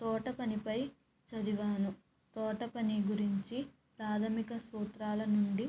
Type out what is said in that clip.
తోట పనిపై చదివాను తోట పని గురించి ప్రాథమిక సూత్రాల నుండి